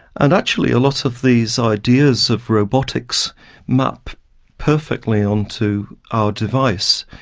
and actually a lot of these ideas of robotics map perfectly on to our device.